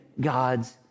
God's